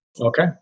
Okay